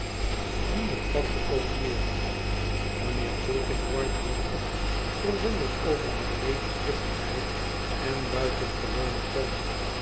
wie heeft dat gekopieerd mijnheer tulkinghorn houdt op verwonderd over mylady's driftigheid en buitengewonen toon